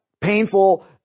painful